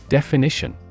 Definition